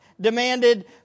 demanded